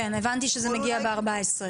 כן, הבנתי שזה יגיע בארבע עשרה.